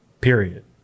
Period